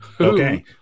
Okay